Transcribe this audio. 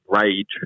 rage